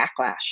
backlash